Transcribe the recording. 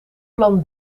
plan